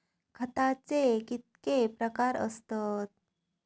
खताचे कितके प्रकार असतत?